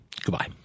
goodbye